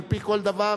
על-פי כל דבר,